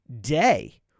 day